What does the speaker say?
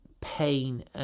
pain